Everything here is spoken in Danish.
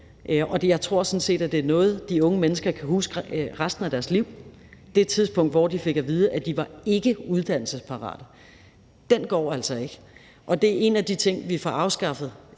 Jeg tror sådan set, at det er noget, de unge mennesker kan huske resten af deres liv: det tidspunkt, hvor de fik at vide, at de var ikkeuddannelsesparat. Den går altså ikke. Og det er en af de ting, vi får afskaffet